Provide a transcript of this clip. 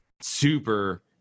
Super